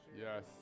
Yes